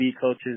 coaches